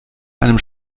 einem